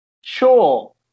Sure